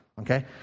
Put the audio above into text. okay